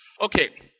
Okay